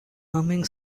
humming